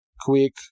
quick